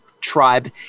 tribe